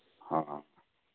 ᱦᱚᱸ